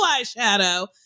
eyeshadow